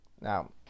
Now